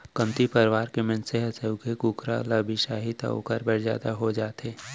कमती परवार के मनसे ह सइघो कुकरा ल बिसाही त ओकर बर जादा हो जाथे